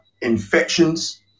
Infections